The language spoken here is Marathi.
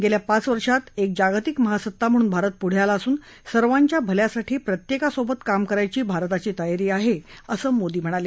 गेल्या पाच वर्षात एक जागतिक महासत्ता म्हणून भारत पुढं आला असून सर्वांच्या भल्यासाठी प्रत्येकासोबत काम करायची भारताची तयारी आहे असं मोदी म्हणाले